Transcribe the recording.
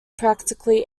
practically